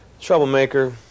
Troublemaker